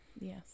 yes